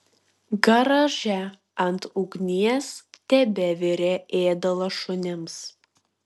garaže ant ugnies tebevirė ėdalas šunims